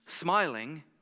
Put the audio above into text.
smiling